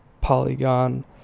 Polygon